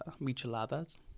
micheladas